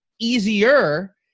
easier